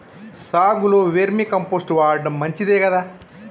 సాగులో vermicompost వాడటం మంచిదే కదా?